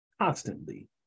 constantly